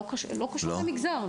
לא קשור למגזר.